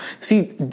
See